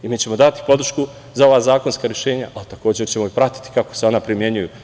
Mi ćemo dati podršku za ova zakonska rešenja, ali takođe ćemo pratiti kako se ona primenjuju.